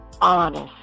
honest